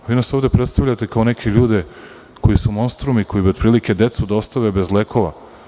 Vi nas ovde predstavljate kao neke ljude koji su monstrumi, koji bi decu da ostave bez lekova.